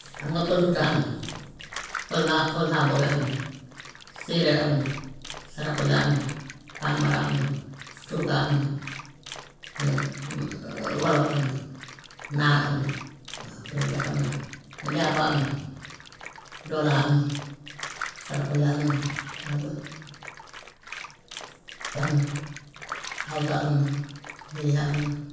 Xam nga pël fuuta am na, pël wax- pël xaaboobe am na, séeréer am na, saraxule am na, bambara am na, turuka am na, wolof am na, naar am na, waaw yooyu de xam naa ko, njaago am na, joola am na, saraxule am na, ak ban am na awsa am na.